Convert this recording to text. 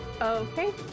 Okay